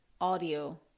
audio